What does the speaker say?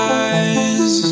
eyes